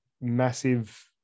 massive